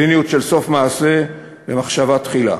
מדיניות של סוף מעשה במחשבה תחילה.